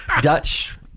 Dutch